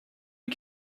les